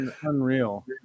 Unreal